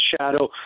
shadow